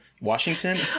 Washington